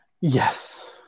Yes